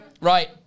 Right